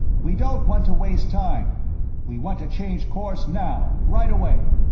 we don't want to waste time we want to change course now, right away.